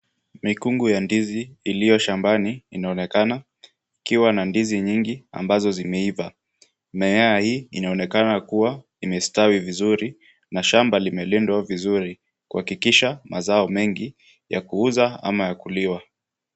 Mikungu ya ndizi iliyo shambani inaonekana, ikiwa na ndizi nyingi ambazo zimeiva. Mimea hii inaonekana kuwa imestawi vizuri, na shamba limelindwa vizuri, kuhakikisha mazao mengi ya kuuza au ya kuliwa.